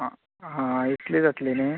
आं आं इतली जातली न्ही